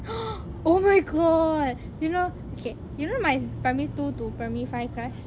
oh my god you know okay you know my primary two to primary five class